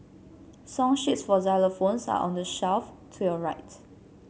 song sheets for xylophones are on the shelf to your right